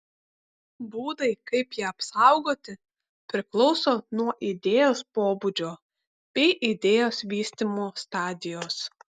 būdai kaip ją apsaugoti priklauso nuo idėjos pobūdžio bei idėjos vystymo stadijos